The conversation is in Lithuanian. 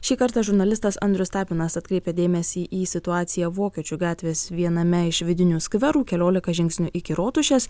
šį kartą žurnalistas andrius tapinas atkreipia dėmesį į situaciją vokiečių gatvės viename iš vidinių skverų keliolika žingsnių iki rotušės